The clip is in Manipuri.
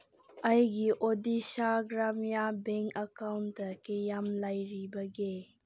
ꯑꯩꯒꯤ ꯑꯣꯗꯤꯁꯥ ꯒ꯭ꯔꯥꯃꯤꯌꯥ ꯕꯦꯡ ꯑꯀꯥꯎꯟꯗ ꯀꯌꯥꯝ ꯂꯩꯔꯤꯕꯒꯦ